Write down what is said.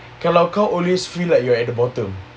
kalau kau always feel that you are at the bottom